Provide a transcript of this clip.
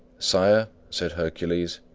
sire, said hercules,